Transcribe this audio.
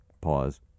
Pause